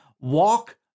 walk